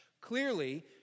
Clearly